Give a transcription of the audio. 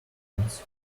minutes